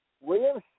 William